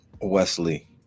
Wesley